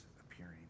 appearing